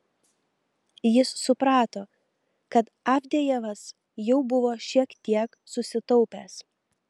jis suprato kad avdejevas jau buvo šiek tiek susitaupęs